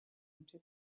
into